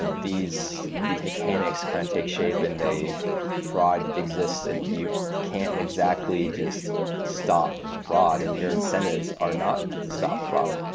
ah these these mechanics kind of take shape and fraud exists and you can't exactly just stop fraud, and your incentives are not to stop fraud.